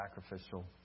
sacrificial